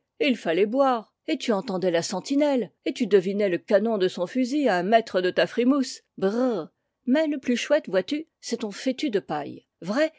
il fallait boire et tu entendais la sentinelle et tu devinais le canon de son fusil à un mètre de ta frimousse brrr mais le plus chouette vois-tu c'est ton fétu de paille vrai